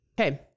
Okay